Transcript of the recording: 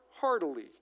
heartily